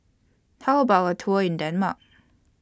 How about A Tour in Denmark